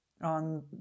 on